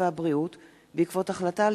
התשע”ב 2012,